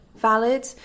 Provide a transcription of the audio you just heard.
valid